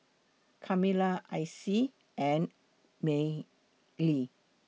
Kamilah Icy and Mylie